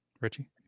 Richie